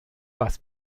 was